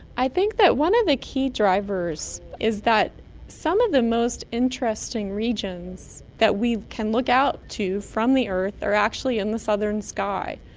i think that one of the key drivers is that some of the most interesting regions that we can look out to from the earth are actually in the southern sky,